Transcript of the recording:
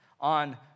on